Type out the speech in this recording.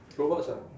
robots ah